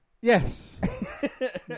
Yes